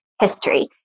history